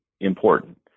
important